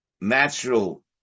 natural